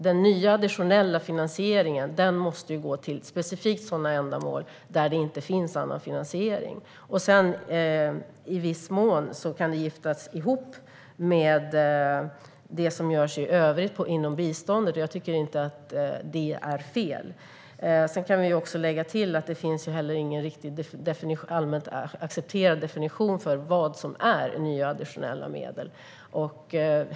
Den nya, additionella finansieringen måste alltså specifikt gå till sådana ändamål där det inte finns annan finansiering. I viss mån kan detta giftas ihop med det som görs i övrigt inom biståndet, och jag tycker inte att det är fel. Sedan kan tilläggas att det inte finns någon allmänt accepterad definition av nya och additionella medel.